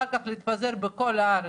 אחר כך להתפזר בכל הארץ.